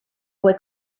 boy